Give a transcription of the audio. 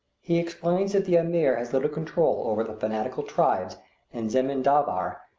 he explains that the ameer has little control over the fanatical tribes in zemindavar,